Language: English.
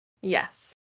Yes